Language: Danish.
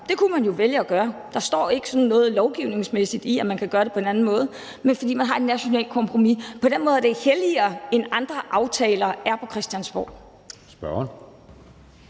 Det kunne man jo vælge at gøre. Der står ikke sådan noget lovgivningsmæssigt om, at man kan gøre det på en anden måde, fordi man har et nationalt kompromis. På den måde er det mere helligt, end andre aftaler er på Christiansborg.